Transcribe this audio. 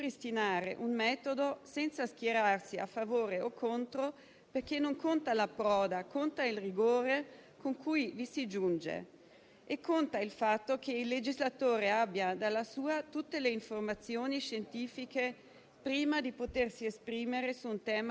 La verità è che le scelte non sono sempre il risultato di una meditata riflessione sulla base di dati oggettivi ed esaustivi e questo la dice lunga proprio sul processo decisionale relativo a materie dove si presta meno attenzione a quante cattive misure